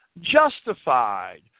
justified